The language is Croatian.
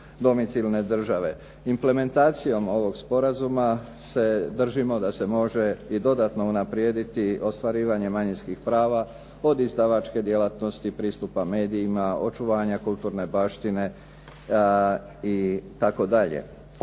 Implementacijom ovog sporazuma se držimo da se može i dodatno unaprijediti ostvarivanje manjinskih prava od izdavačke djelatnosti pristupa medijima, očuvanja kulturne baštine, itd.